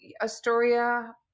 Astoria